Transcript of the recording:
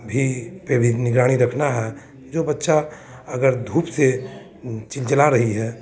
भी पे भी निगरानी रखना है जो बच्चा अगर धूप से जला रही है